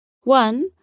One